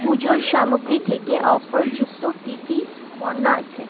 পুজোর সামগ্রী থেকে অফার যুক্ত কি কি পণ্য আছে